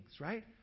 right